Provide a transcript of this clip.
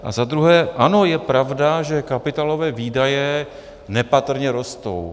A za druhé, ano, je pravda, že kapitálové výdaje nepatrně rostou.